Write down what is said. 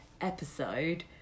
episode